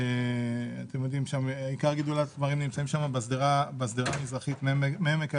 ואתם יודעים שעיקר גידול התמרים נמצא בשדרה המזרחית מעמק הירדן,